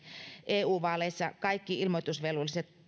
eu vaaleissa kaikki ilmoitusvelvolliset